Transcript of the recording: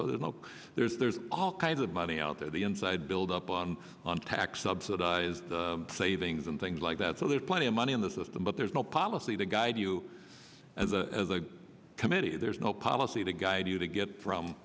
so there's no there's there's all kinds of money out there the inside build up on on tax subsidized savings and things like that so there's plenty of money in the system but there's no policy to guide you as a committee there's no policy to guide you to get from